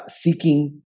seeking